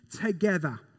together